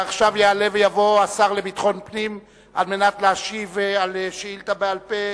עכשיו יעלה ויבוא השר לביטחון פנים על מנת להשיב על שאילתא בעל-פה